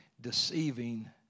deceiving